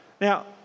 Now